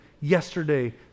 yesterday